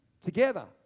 together